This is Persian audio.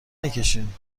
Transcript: نکشین